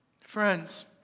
Friends